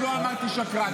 -- עוד לא אמרתי "שקרן".